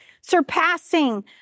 surpassing